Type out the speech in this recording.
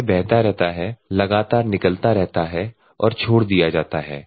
यह बहता रहता है लगातार निकलता रहता है और छोड़ दिया जाता है